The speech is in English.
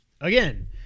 again